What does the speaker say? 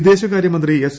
വിദേശകാര്യ മന്ത്രി എസ്